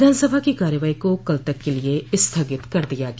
विधानसभा की कार्यवाही को कल तक के लिये स्थगित कर दिया गया